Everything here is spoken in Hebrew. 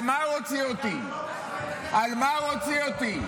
על מה הוא הוציא אותי?